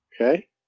Okay